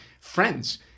friends